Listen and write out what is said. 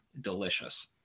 delicious